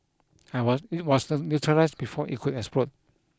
I was it was neutralised before it could explode